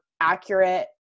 accurate